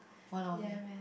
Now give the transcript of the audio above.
one of it